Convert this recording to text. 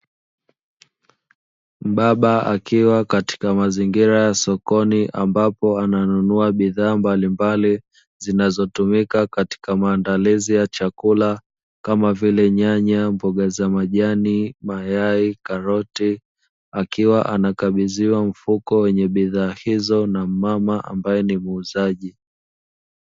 Baba akiwa katika mazingira ya sokoni ambapo ananunua bidhaa mbalimbali zinazo tumika katika maandalizi ya chakula kama vile nyanya ,mboga za majani ,mayai ,karoti akiwa anakabidhiwa mfuko wenye bidhaa hizo na mama ambaye ni muuzaji.